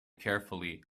carefully